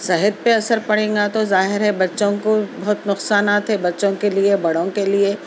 صحت پے اثر پڑیے گا تو ظاہر ہے بچوں کو بہت نقصانات ہے بچوں کے لیے بڑوں کے لیے